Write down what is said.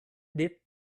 deep